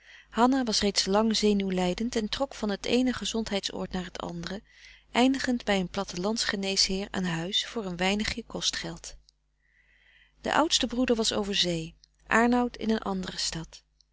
hanna was reeds lang zenuwlijdend en trok van t eene gezondheidsoord naar t andere eindigend bij een plattelands geneesheer aan huis voor een weinigje kostgeld de oudste broeder was over zee aernout in een andere stad